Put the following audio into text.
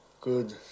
good